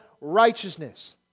righteousness